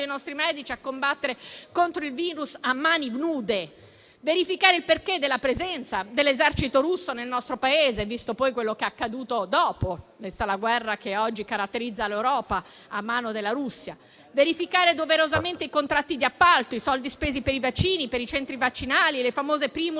nostri medici a combattere contro il *virus* a mani nude. Alla Commissione spetterà poi verificare il perché della presenza dell'esercito russo nel nostro Paese, visto quello che è accaduto dopo, vista la guerra che oggi caratterizza l'Europa a mano della Russia. Spetterà inoltre verificare doverosamente i contratti di appalto, i soldi spesi per i vaccini, per i centri vaccinali, le famose primule